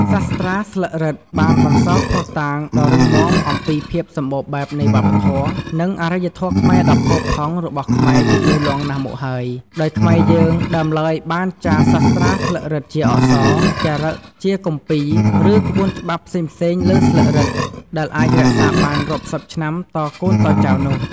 សាស្ត្រាស្លឹករឹត បានបន្សល់ភស្តុតាងដ៏រឹងមាំអំពីភាពសម្បូរបែបនៃវប្បធម៌ និងអរិយធម៌ខ្មែរដ៏់ផូរផង់របស់ខ្មែរជាយូរលង់ណាស់មកហើយ ដោយខ្មែរយើងដើមឡើយបានចារសាស្ត្រាស្លឹករឹតជាអក្សរ ចារឹកជាគម្ពីរ ឬក្បួនច្បាប់ផ្សេងៗលើស្លឹករឹត ដែលអាចរក្សាបានរាប់សិបឆ្នាំតកូនតចៅនោះ ។